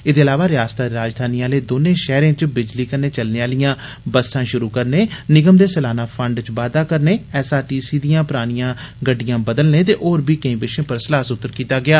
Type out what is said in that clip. एह्दे इलावा रियासतै दे राजघानी आले दौनें शैहरे च बिजली कन्नै चलने आलियां बस्सां शुरू करने निगम दे सलाना फंड च बाद्दा करने एस आर टी सी दियां परानियां गड़िडयां बदलने ते होर बी केई विषयें पर सलाह सूत्र कीता गेआ